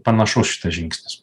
panašus šitas žingsnis